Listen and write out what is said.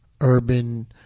urban